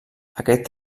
aquest